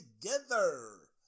together